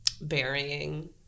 burying